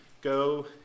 Go